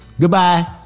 Goodbye